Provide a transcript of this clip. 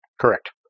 Correct